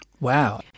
Wow